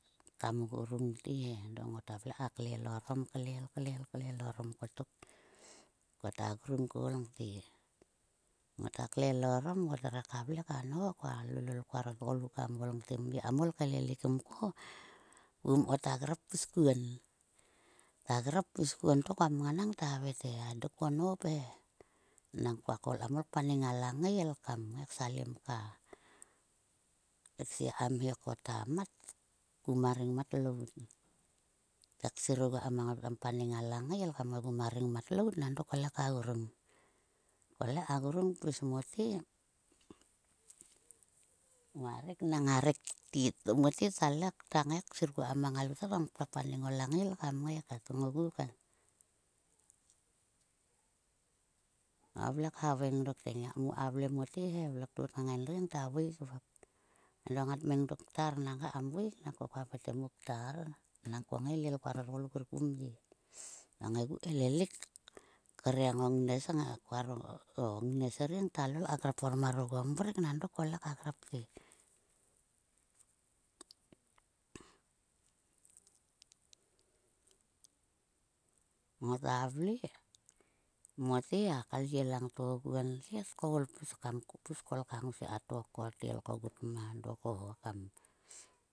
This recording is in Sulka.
Kam grungte he. Ngot vle ka klel arom klel klel ko ta grung koul te. Ngot klel orom. ngota vle ka nho, koa lolo koaro tgoluk kmolte mhe kam ol kaelelik mote mye mko. Ta havai te, ai dok ko nop he nang ko koul kam paneng a langail kam ngai ksalim ka ksie ka mhe ko ta mat ku ma rengmatlout. Te ksir oguo ma ngalout kam paneng a langail kam ngaigu ma rengmatout nang dok kole ka grung. Kole ka grung kpis mote ma rek. Nang a rek ktettomote ka grap ksir kuon ma ngalout kpaneng o langail kam ngai kat. ogu kat. Ta vle khaveng dokte. muaka vle motehe vle ktot mang endri ngata veik vop. Endo ngat meng dok meng dok ktar kam veik. nangko ko haveng ngarte, mu ktar, nang ko ngai elel koaro tgoluk rikum ye. Koa ngaigu kaelelik. Reng o ngnes, koaro ngnes ri ngata lol ka grap or mar oguo mrek nang bok kole ka grap te. Ngota vle mote, a kalyie langto oguonte tkoul pis kanku kam kol ka ngousie ka took ko tel kogut ma do ko oh kam.